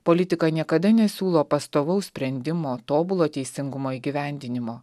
politika niekada nesiūlo pastovaus sprendimo tobulo teisingumo įgyvendinimo